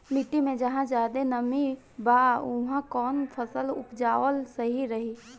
मिट्टी मे जहा जादे नमी बा उहवा कौन फसल उपजावल सही रही?